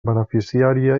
beneficiària